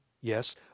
Yes